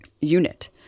unit